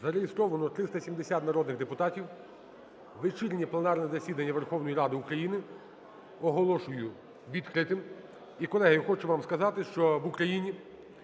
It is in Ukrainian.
Зареєстровано 370 народних депутатів. Вечірнє пленарне засідання Верховної Ради України оголошую відкритим. І, колеги, хочу вам сказати, що в Україні